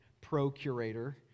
Procurator